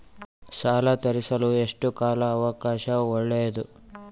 ಸಾಲ ತೇರಿಸಲು ಎಷ್ಟು ಕಾಲ ಅವಕಾಶ ಒಳ್ಳೆಯದು?